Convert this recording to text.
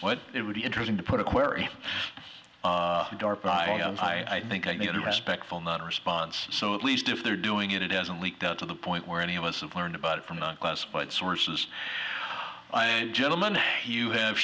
but it would be interesting to put aquarium i think i need a respectful not a response so at least if they're doing it it hasn't leaked out to the point where any of us have learned about it from the us but sources gentlemen you have